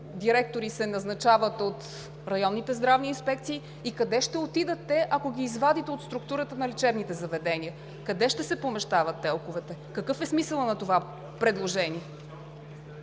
директори се назначават от районните здравни инспекции и къде ще отидат те, ако ги извадите от структурата на лечебните заведения? Къде ще се помещават ТЕЛК овете? Какъв е смисълът на това предложение?